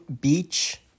Beach